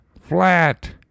flat